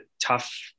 tough